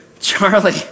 Charlie